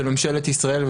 של ממשלת ישראל,